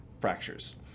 fractures